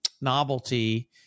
novelty